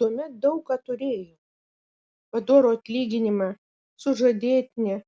tuomet daug ką turėjau padorų atlyginimą sužadėtinę